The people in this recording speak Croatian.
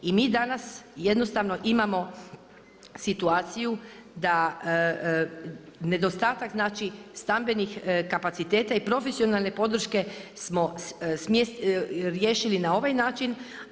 I mi danas jednostavno imamo situaciju da nedostatak znači stambenih kapaciteta i profesionalne podrške smo riješili na ovaj način.